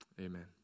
Amen